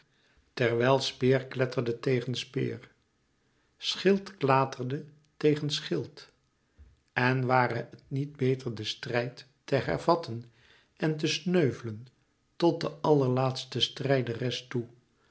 terwijl speer kletterde tegen speer schild klaterde tegen schild en ware het niet beter den strijd te hervatten en te sneuvelen tot de allerlaatste strijderes toe